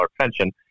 pension